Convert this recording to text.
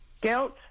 guilt